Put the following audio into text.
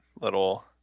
little